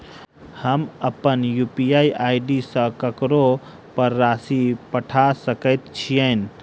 हम अप्पन UPI ID सँ ककरो पर राशि पठा सकैत छीयैन?